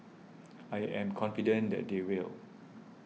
I am confident that they will